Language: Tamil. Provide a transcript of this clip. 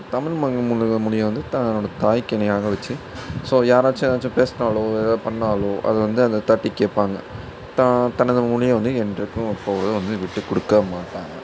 தமிழ் ம மொழி மொழிய வந்து தன்னோடய தாய்க்கு இணையாக வெச்சு ஸோ யாராச்சும் ஏதாச்சும் பேசினாலோ எதாவது பண்ணாலோ அதை வந்து அந்த தட்டி கேட்பாங்க தா தனது மொழிய வந்து என்றைக்கும் எப்போதுமே வந்து விட்டுக் கொடுக்க மாட்டாங்க